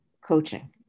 coaching